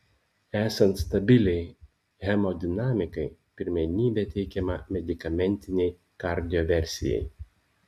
esant stabiliai hemodinamikai pirmenybė teikiama medikamentinei kardioversijai